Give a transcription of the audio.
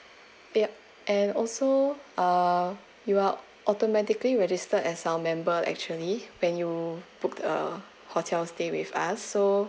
they and also uh you are automatically registered as our member actually when you book uh hotel stay with us so